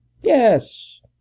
Yes